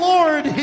Lord